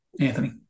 Anthony